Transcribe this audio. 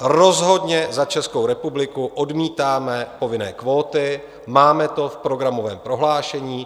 Rozhodně za Českou republiku odmítáme povinné kvóty, máme to v programovém prohlášení.